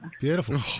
Beautiful